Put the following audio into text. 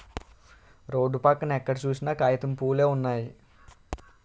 road పక్కన ఎక్కడ సూసినా కాగితం పూవులే వున్నయి